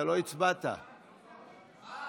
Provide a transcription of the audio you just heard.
הצעת חוק